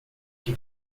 que